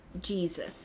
jesus